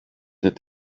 that